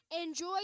Enjoy